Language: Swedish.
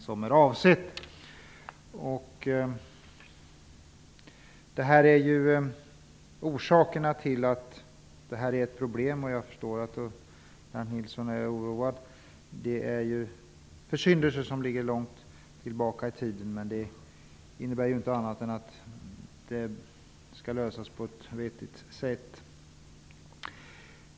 Jag förstår att Lennart Nilsson är oroad. Orsakerna till att detta är ett problem är försyndelser som ligger långt tillbaka i tiden. Men det innebär inte annat än att de ändå skall lösas på ett vettigt sätt.